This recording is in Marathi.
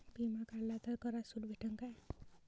बिमा काढला तर करात सूट भेटन काय?